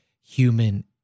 human